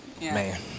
Man